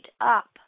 up